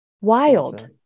Wild